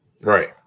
Right